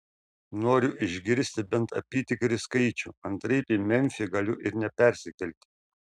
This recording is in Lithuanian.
noriu išgirsti bent apytikrį skaičių antraip į memfį galiu ir nepersikelti